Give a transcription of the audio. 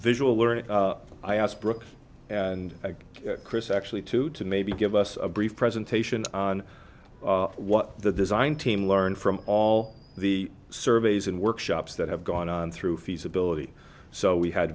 visual learner i asked brooke and chris actually to to maybe give us a brief presentation on what the design team learned from all the surveys and workshops that have gone on through feasibility so we had